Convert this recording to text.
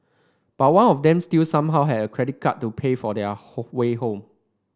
but one of them still somehow had a credit card to pay for their way home